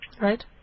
Right